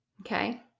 Okay